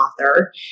author